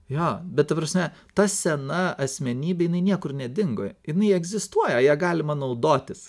jo bet ta prasme ta sena asmenybė jinai niekur nedingo jinai egzistuoja ja galima naudotis